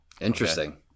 Interesting